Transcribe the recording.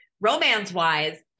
romance-wise